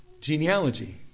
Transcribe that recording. genealogy